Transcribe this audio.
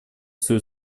свою